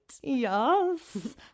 Yes